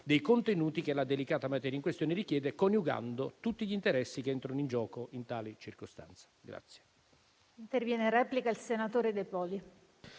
dei contenuti che la delicata materia in questione richiede, coniugando tutti gli interessi che entrano in gioco in tali circostanze.